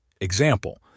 Example